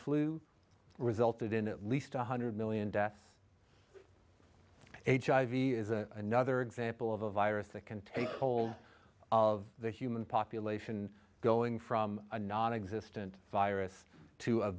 flu resulted in at least one hundred million deaths hiv is another example of a virus that can take hold of the human population going from a non existent virus to